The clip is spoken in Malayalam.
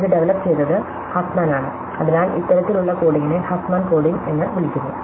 ഇത് ഡവലപ്പ് ചെയ്തത് ഹഫ്മാൻ ആണ് അതിനാൽ ഇത്തരത്തിലുള്ള കോഡിംഗിനെ ഹഫ്മാൻ കോഡിംഗ് എന്ന് വിളിക്കുന്നു